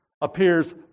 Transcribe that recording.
appears